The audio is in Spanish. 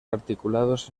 articulados